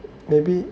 maybe